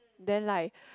then like